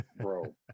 Bro